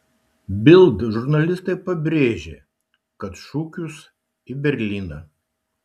bild žurnalistai pabrėžė kad šūkius į berlyną